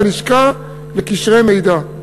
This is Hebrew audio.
הלשכה לקשרי מידע.